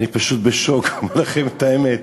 אני פשוט בשוק, אומר לכם את האמת,